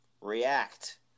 react